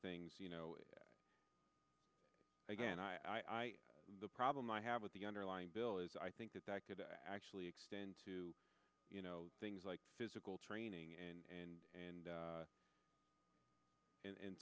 things you know again i the problem i have with the underlying bill is i think that that could actually extend to you know things like physical training and and and